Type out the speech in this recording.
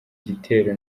gitero